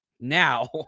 Now